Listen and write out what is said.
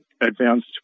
advanced